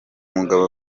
mugabo